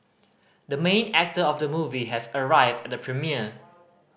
the main actor of the movie has arrived at the premiere